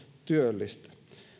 työllistä